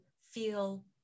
feel